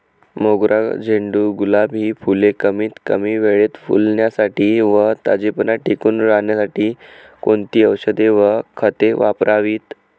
मोगरा, झेंडू, गुलाब हि फूले कमीत कमी वेळेत फुलण्यासाठी व ताजेपणा टिकून राहण्यासाठी कोणती औषधे व खते वापरावीत?